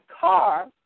car